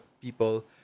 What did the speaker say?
people